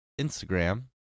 Instagram